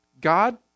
God